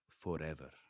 forever